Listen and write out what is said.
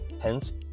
hence